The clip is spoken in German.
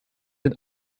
sind